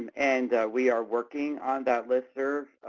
and we are working on that listserv,